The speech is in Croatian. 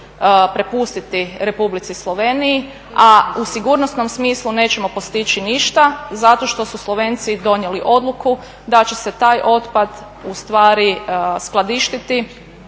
prepustiti Republici Sloveniji, a u sigurnosnom smislu nećemo postići ništa zato što su Slovenci donijeli odluku da će se taj otpad ustvari skladištiti